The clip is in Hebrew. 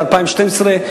ל-2012,